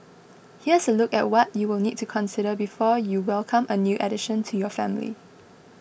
here's a look at what you will need to consider before you welcome a new addition to your family